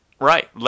Right